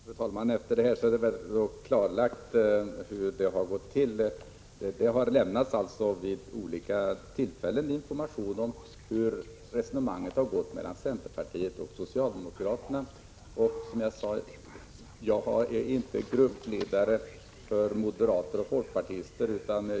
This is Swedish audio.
Fru talman! Efter vad som nu har sagts är det väl klarlagt hur det har gått till. Det har alltså vid olika tillfällen lämnats information om hur resonemanget har gått mellan centerpartiet och socialdemokraterna. Jag är som sagt inte gruppledare för moderater och folkpartister.